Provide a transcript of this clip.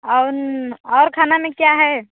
और और खाना में क्या है